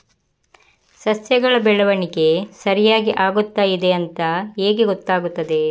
ಸಸ್ಯಗಳ ಬೆಳವಣಿಗೆ ಸರಿಯಾಗಿ ಆಗುತ್ತಾ ಇದೆ ಅಂತ ಹೇಗೆ ಗೊತ್ತಾಗುತ್ತದೆ?